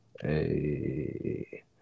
Hey